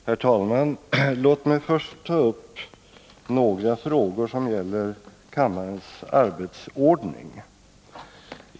Herr talman! Låt mig först ta upp några frågor som gäller kammarens arbetsordning.